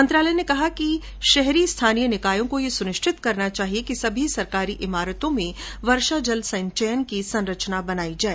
मंत्रालय ने कहा कि शहरी स्थानीय निकायों को यह सुनिश्चित करना चाहिए कि सभी सरकारी इमारतों में वर्षा जल संचयन की संरचना बनाई जाए